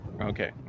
Okay